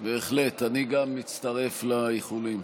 בהחלט, גם אני מצטרף לאיחולים.